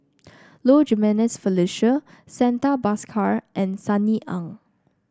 Low Jimenez Felicia Santha Bhaskar and Sunny Ang